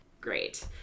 Great